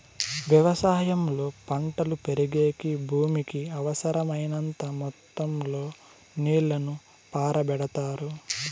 వ్యవసాయంలో పంటలు పెరిగేకి భూమికి అవసరమైనంత మొత్తం లో నీళ్ళను పారబెడతారు